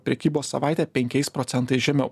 prekybos savaitę penkiais procentais žemiau